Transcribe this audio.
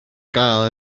gael